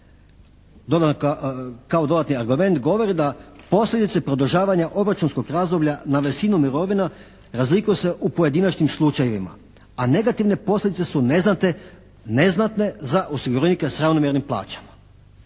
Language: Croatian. dodatni argument govori da posljedice produžavanja obračunskog razdoblja na visinu mirovina razlikuje se u pojedinačnim slučajevima, a negativne posljedice su neznatne za osiguranike s ravnomjernim plaćama.